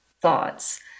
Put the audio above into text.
thoughts